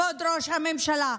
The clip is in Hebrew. כבוד ראש הממשלה,